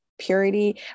purity